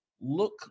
look